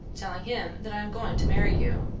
telling him that i am going to marry you,